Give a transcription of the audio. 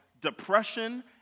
depression